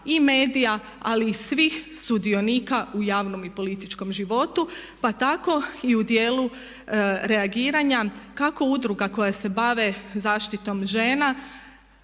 i medija, ali i svih sudionika u javnom i političkom životu, pa tako i u dijelu reagiranja kako udruga koja se bave zaštitom žena,